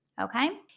okay